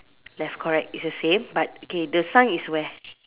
left correct it's the same but okay the sign is where